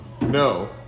No